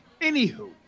anywho